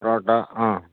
പൊറോട്ട ആ